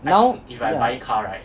now yeah